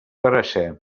carasser